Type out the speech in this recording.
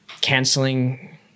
Canceling